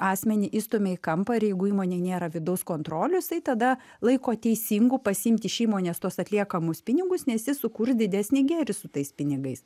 asmenį įstumia į kampą ir jeigu įmonėje nėra vidaus kontrolės tai tada laiko teisingu pasiimti iš įmonės tuos atliekamus pinigus nes jis sukurs didesnį gėrį su tais pinigais